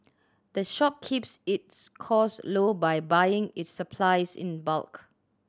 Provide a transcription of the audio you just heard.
the shop keeps its costs low by buying its supplies in bulk